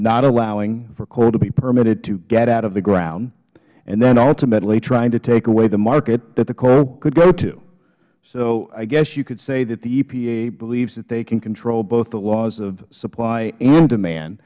not allowing for coal to be permitted to get out of the ground and then ultimately trying to take away the market that the coal could go to so i guess you could say that the epa believes that they can control both the laws of supply and demand